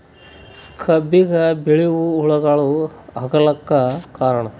ಕಬ್ಬಿಗ ಬಿಳಿವು ಹುಳಾಗಳು ಆಗಲಕ್ಕ ಕಾರಣ?